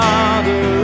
Father